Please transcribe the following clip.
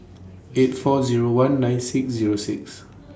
eight four Zero one nine six Zero six